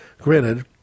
Granted